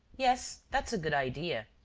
yes, that's a good idea.